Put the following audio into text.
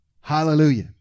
Hallelujah